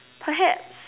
perhaps